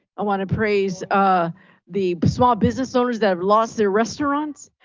i want to praise the small business owners that have lost their restaurants.